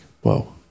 whoa